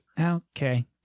Okay